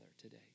today